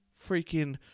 freaking